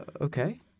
okay